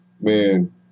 man